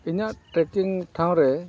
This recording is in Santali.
ᱤᱧᱟᱹᱜ ᱴᱨᱮᱠᱤᱝ ᱴᱷᱟᱶ ᱨᱮ